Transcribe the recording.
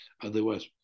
otherwise